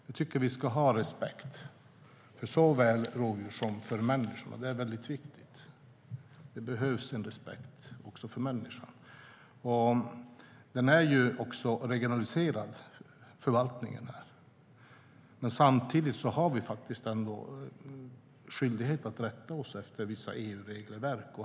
Jag tycker att vi ska ha respekt för såväl rovdjur som människor. Det är väldigt viktigt. Det behövs en respekt också för människan. Förvaltningen är regionaliserad, men samtidigt har vi en skyldighet att rätta oss efter vissa EU-regelverk.